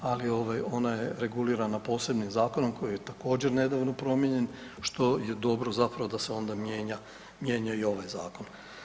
Ali ona je regulirana posebnim zakonom koji je također nedavno promijenjen što je dobro zapravo da se onda mijenja i ovaj zakon.